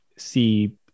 see